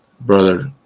Brother